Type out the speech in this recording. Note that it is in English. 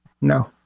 No